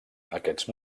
aquests